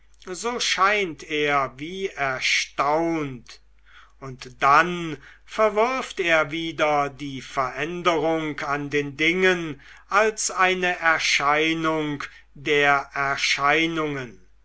so scheint er wie erstaunt und dann verwirft er wieder die veränderung an den dingen als eine erscheinung der erscheinungen